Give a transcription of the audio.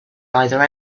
either